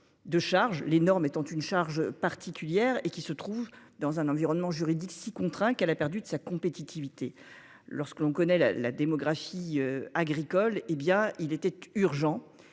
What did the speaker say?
de charges les normes étant une charge particulière et qui se trouve dans un environnement juridique si contraints qu'elle a perdu de sa compétitivité. Lorsque l'on connaît la la démographie agricole, hé bien il était urgent